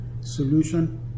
solution